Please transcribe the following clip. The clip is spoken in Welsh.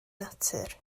natur